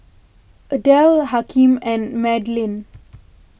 Adelle Hakeem and Madalyn